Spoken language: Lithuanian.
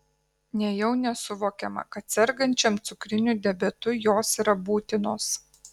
nejau nesuvokiama kad sergančiam cukriniu diabetu jos yra būtinos